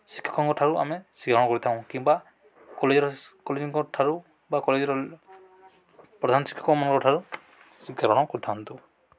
ଶିକଷଙ୍କଠାରୁ ଆମେ ଶିକ୍ଷା ଗ୍ରହଣ କରିଥାଉ କିମ୍ବା କଲେଜ୍ର କଲେଜଙ୍କଠାରୁ ବା କଲେଜର ପ୍ରଧାନଶିକ୍ଷକମାନଙ୍କଠାରୁ ଶିକ୍ଷା ଗ୍ରହଣ କରିଥାନ୍ତୁ